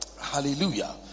hallelujah